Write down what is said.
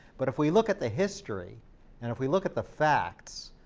but if we look at the history and if we look at the facts,